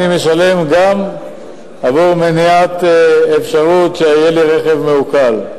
אני משלם גם עבור מניעת אפשרות שיהיה לי רכב מעוקל.